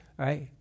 right